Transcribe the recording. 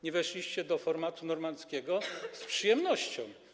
Nie weszliście do formatu normandzkiego z przyjemnością.